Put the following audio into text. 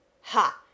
Ha